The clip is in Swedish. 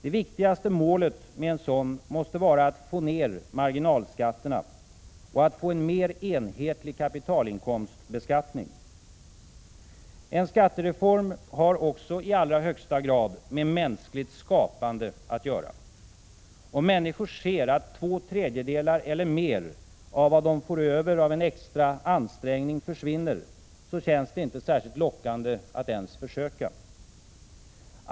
Det viktigaste målet med en sådan måste vara att få ned marginalskatterna och att få en mer enhetlig kapitalinkomstbeskattning. En skattereform har också i allra högsta grad med mänskligt skapande att göra. Om människor ser att två tredjedelar eller mer av vad de får över av en extra ansträngning försvinner känns det inte särskilt lockande att ens försöka.